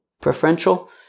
preferential